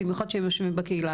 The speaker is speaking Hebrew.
במיוחד שהם יושבים בקהילה.